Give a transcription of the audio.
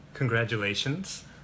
Congratulations